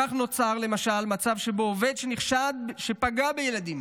כך נוצר למשל מצב שבו עובד שנחשד שפגע בילדים